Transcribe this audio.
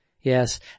Yes